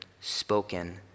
spoken